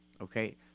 okay